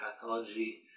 pathology